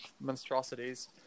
monstrosities